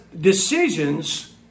decisions